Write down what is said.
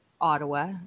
ottawa